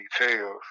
details